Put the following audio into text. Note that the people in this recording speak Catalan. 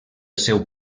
seu